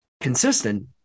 consistent